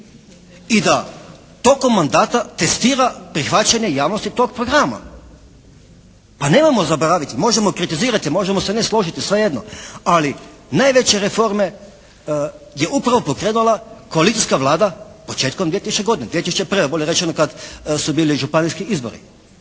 i da tokom mandata testira prihvaćanje javnosti tog programa, a nemojmo zaboraviti, možemo kritizirati, možemo se ne složiti, svejedno, ali najveće reforme je upravo …/Govornik se ne razumije./… koalicijska Vlada početkom 2000. godine, 2001. bolje rečeno kad su bili županijski izbori,